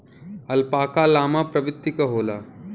alpaca llama प्रवृत्ति क होला